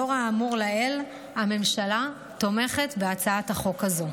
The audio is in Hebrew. לאור האמור לעיל, הממשלה תומכת בהצעת החוק הזו.